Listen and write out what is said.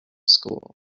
school